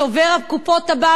שובר הקופות הבא,